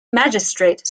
magistrate